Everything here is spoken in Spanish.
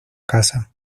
casa